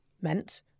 meant